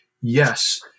Yes